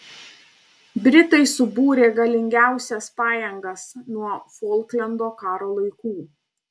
britai subūrė galingiausias pajėgas nuo folklendo karo laikų